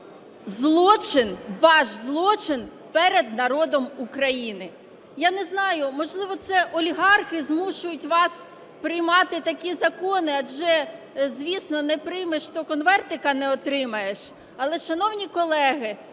злочин, ваш злочин перед народом України. Я не знаю, можливо, це олігархи змушують вас приймати такі закони, адже, звісно, не приймеш – то "конвертика" не отримаєш. Але, шановні колеги,